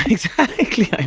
exactly.